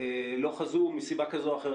לא חזו מסיבה כזו או אחרת,